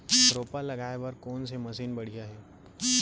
रोपा लगाए बर कोन से मशीन बढ़िया हे?